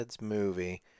movie